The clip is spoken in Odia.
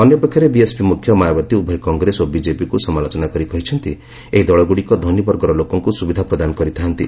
ଅନ୍ୟ ପକ୍ଷରେ ବିଏସ୍ପି ମୁଖ୍ୟ ମାୟାବତୀ ଉଭୟ କଂଗ୍ରେସ ଓ ବିଜେପିକ୍ ସମାଲୋଚନା କରି କହିଛନ୍ତି ଯେ ଏହି ଦଳଗ୍ରଡ଼ିକ ଧନୀବର୍ଗର ଲୋକଙ୍କୁ ସୁବିଧା ପ୍ରଦାନ କରିଥାନ୍ତି